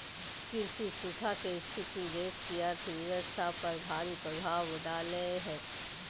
कृषि सूखा के स्थिति देश की अर्थव्यवस्था पर भारी प्रभाव डालेय हइ